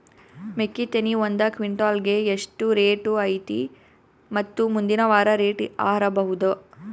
ಮೆಕ್ಕಿ ತೆನಿ ಒಂದು ಕ್ವಿಂಟಾಲ್ ಗೆ ಎಷ್ಟು ರೇಟು ಐತಿ ಮತ್ತು ಮುಂದಿನ ವಾರ ರೇಟ್ ಹಾರಬಹುದ?